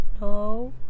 No